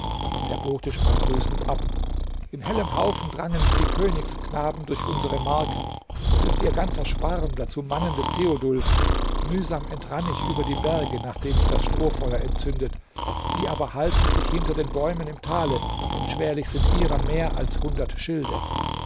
der bote sprang grüßend ab in hellem haufen drangen die königsknaben durch unsere mark es ist ihr ganzer schwarm dazu mannen des theodulf mühsam entrann ich über die berge nachdem ich das strohfeuer entzündet sie aber halten sich hinter den bäumen im tale denn schwerlich sind ihrer mehr als hundert schilde